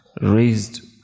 raised